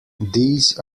these